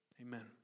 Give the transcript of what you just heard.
Amen